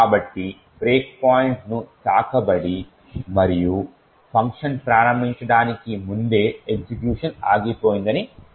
కాబట్టి break point ను తాకబడి మరియు ఫంక్షన్ ప్రారంభించబడటానికి ముందే ఎగ్జిక్యూషన్ ఆగిపోయిందని మనము చూస్తాము